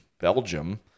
Belgium